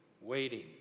waiting